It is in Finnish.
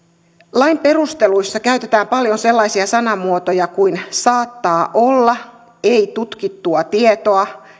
lain perusteluissa käytetään paljon sellaisia sanamuotoja kuin saattaa olla ei tutkittua tietoa